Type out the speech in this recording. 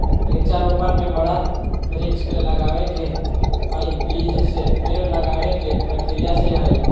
वृक्षा रोपण में बड़ा वृक्ष के लगावे के हई, बीज से पेड़ लगावे के प्रक्रिया से हई